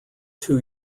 two